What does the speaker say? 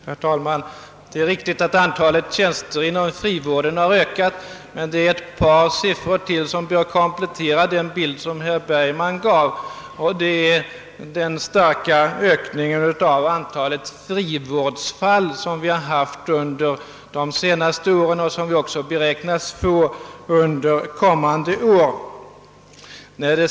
Herr talman! Det är riktigt att antalet tjänster inom frivården har ökat. Men den bild av läget som herr Bergman gav bör kompletteras med siffrorna för ökningen av antalet frivårdsfall under de senaste åren och den ökning som beräknas äga rum under kommande år.